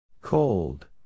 cold